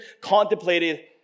contemplated